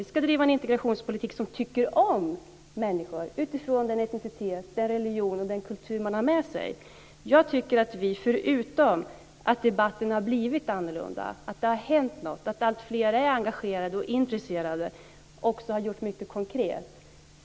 Vi ska driva en integrationspolitik som tycker om människor utifrån den etnicitet, den religion och den kultur de har med sig. Jag tycker, förutom att debatten har blivit annorlunda, att det har hänt något. Alltfler är engagerade och intresserade, och det har också gjorts mycket konkret.